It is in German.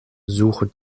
suche